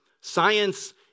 Science